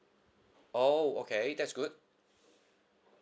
oh okay that's good